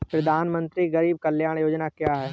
प्रधानमंत्री गरीब कल्याण योजना क्या है?